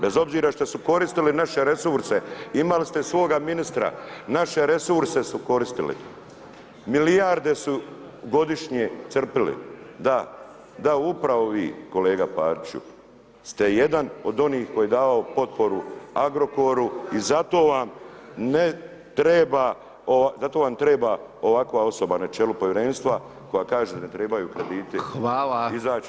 Bez obzira što ste koristili naše resurse, imali ste svoga ministra, naše resurse su koristili, milijarde su godišnje crpili, da, da upravo vi kolega Pariću ste jedan od onoih koji je davao potporu Agrokoru i zato vam ne treba, zato vam treba ovakva osoba na čelu povjerenstva, koji kaže, da trebaju krediti izaći